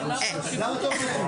הזמן.